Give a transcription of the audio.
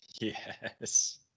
yes